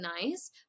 nice